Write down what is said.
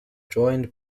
joined